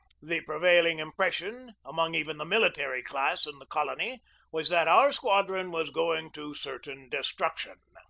the prevailing impression among even the military class in the colony was that our squadron was going to certain destruction.